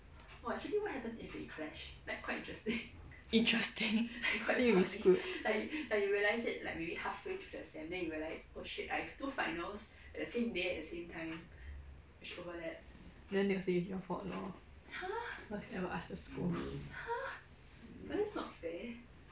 interesting I think you will be screwed then they will say it's your fault lor cause you never ask the school